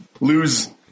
lose